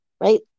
right